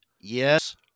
yes